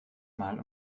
mal